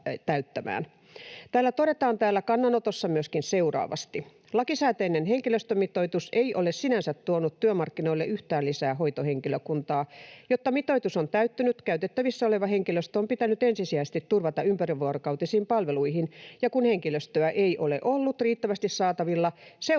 Täällä kannanotossa todetaan myöskin seuraavasti: ”Lakisääteinen henkilöstömitoitus ei ole sinänsä tuonut työmarkkinoille yhtään lisää hoitohenkilökuntaa. Jotta mitoitus on täyttynyt, käytettävissä oleva henkilöstö on pitänyt ensisijaisesti turvata ympärivuorokautisiin palveluihin, ja kun henkilöstöä ei ole ollut riittävästi saatavilla, seurauksena